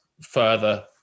further